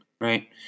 Right